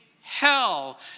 hell